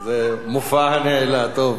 זה מופע טוב.